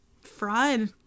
fried